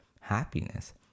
happiness